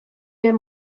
der